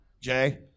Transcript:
Jay